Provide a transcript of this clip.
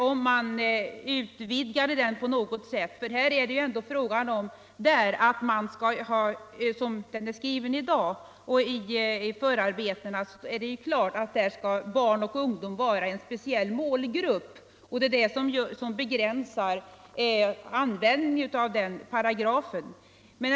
Dessa bestämmelser skulle kunna utvidgas på något sätt. Med den utformning som lagtexten och förarbetena nu har är det klart att barn och ungdom skall vara en speciell målgrupp för pornografiska alster, och det är detta som begränsar tillämpningen av paragrafen.